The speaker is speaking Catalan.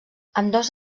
ambdós